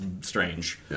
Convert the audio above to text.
strange